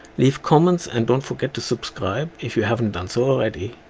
leave comments and don't forget to subscribe if you haven't done so already.